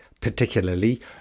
particularly